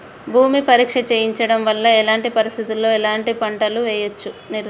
భూమి పరీక్ష చేయించడం వల్ల ఎలాంటి పరిస్థితిలో ఎలాంటి పంటలు వేయచ్చో నిర్ధారణ అయితదా?